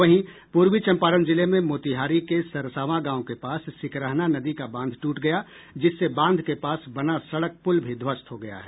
वहीं पूर्वी चम्पारण जिले में मोतिहारी के सरसावां गांव के पास सिकरहना नदी का बांध टूट गया जिससे बांध के पास बना सड़क प्रल भी ध्वस्त हो गया है